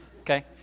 okay